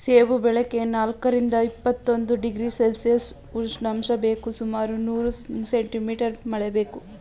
ಸೇಬು ಬೆಳೆಗೆ ನಾಲ್ಕರಿಂದ ಇಪ್ಪತ್ತೊಂದು ಡಿಗ್ರಿ ಸೆಲ್ಶಿಯಸ್ ಉಷ್ಣಾಂಶ ಬೇಕು ಸುಮಾರು ನೂರು ಸೆಂಟಿ ಮೀಟರ್ ಮಳೆ ಬೇಕು